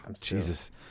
Jesus